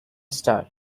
star